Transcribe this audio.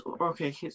okay